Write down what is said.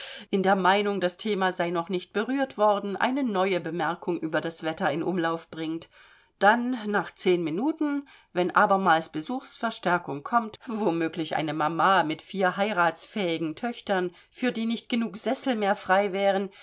in der meinung das thema sei noch nicht berührt worden eine neue bemerkung über das wetter in umlauf bringt dann nach zehn minuten wenn abermals besuchsverstärkung kommt womöglich eine mama mit vier heiratsfähigen töchtern für die nicht genug sessel mehr frei wären